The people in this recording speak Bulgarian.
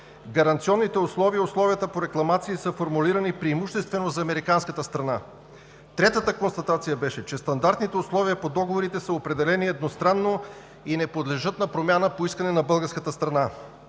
гаранционните условия и условията по рекламации са формулирани преимуществено за американската страна. Третата констатация беше, че стандартните условия по договорите са определени едностранно и не подлежат на промяна по искане на българската страна.